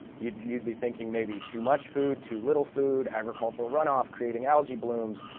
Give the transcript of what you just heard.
you'd you'd be thinking maybe too much food, too little food, agricultural runoff creating algae blooms,